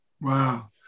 Wow